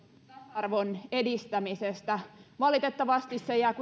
arvon edistämisestä valitettavasti se jää